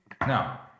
Now